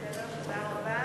תודה רבה.